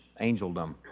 angeldom